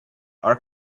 our